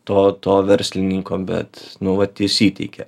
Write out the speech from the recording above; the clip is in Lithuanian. to to verslininko bet nu vat jis įteikė